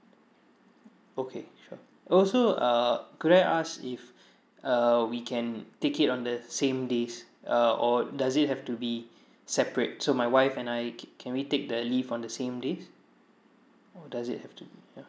okay sure also uh could I ask if err we can take it on the same days uh or does it have to be separate so my wife and I c~ can we take the leave on the same days or does it have to ya